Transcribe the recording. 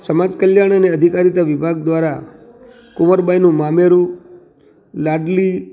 સમાજ કલ્યાણ અને અધિકારી વિભાગ દ્વારા કુંવરબાઈનું મામેરું લાડલી